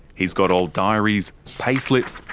he's got old diaries, payslips,